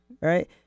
right